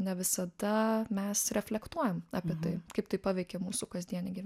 ne visada mes reflektuojam apie tai kaip tai paveikia mūsų kasdienį gyv